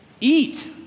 eat